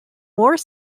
more